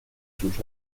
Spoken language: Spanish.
sus